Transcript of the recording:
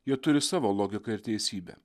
jie turi savo logiką ir teisybę